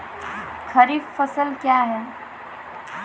खरीफ फसल क्या हैं?